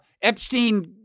Epstein